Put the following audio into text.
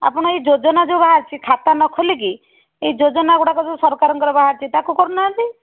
ଆପଣ ଏଇ ଯୋଜନା ଯେଉଁ ବାହାରିଛି ଖାତା ନ ଖୋଲିକି ଏଇ ଯୋଜନା ଗୁଡ଼ିକ ଯେଉଁ ସରକାରଙ୍କର ବାହାରିଛି ତାକୁ କରୁନାହାନ୍ତି